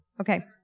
Okay